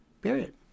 Period